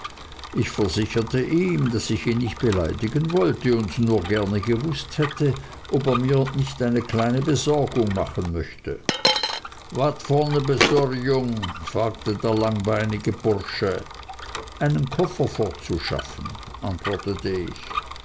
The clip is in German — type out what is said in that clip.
ich versicherte ihm daß ich ihn nicht beleidigen wollte und nur gern gewußt hätte ob er mir nicht eine kleine besorgung machen möchte wat for ne besorjung fragte der langbeinige bursche einen koffer fortzuschaffen antwortete ich